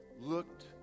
looked